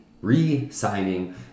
re-signing